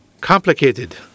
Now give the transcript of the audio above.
complicated